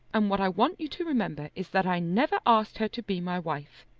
and what i want you to remember is that i never asked her to be my wife,